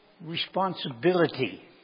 responsibility